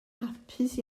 hapus